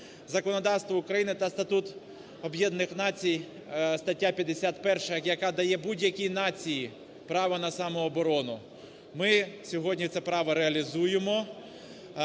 законодавство України та Статут Об'єднаних Націй, стаття 51, яка дає будь-якій нації право на самооборону, ми сьогодні це право реалізуємо.